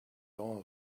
all